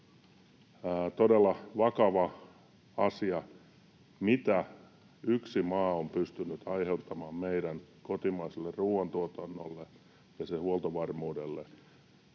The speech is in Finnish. todella vakava asia, mitä yksi maa on pystynyt aiheuttamaan meidän kotimaiselle ruuantuotannollemme ja sen huoltovarmuudelle.